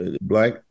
black